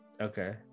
Okay